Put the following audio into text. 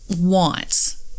wants